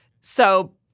So-